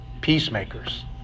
peacemakers